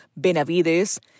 Benavides